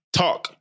talk